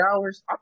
hours